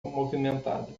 movimentada